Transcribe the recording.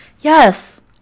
Yes